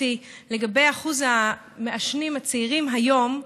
חברתי לגבי אחוז המעשנים הצעירים היום,